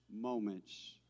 moments